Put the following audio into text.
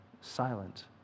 silent